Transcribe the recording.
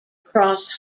cross